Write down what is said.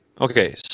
Okay